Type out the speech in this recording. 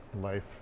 life